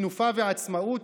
תנופה ועצמאות,